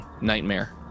nightmare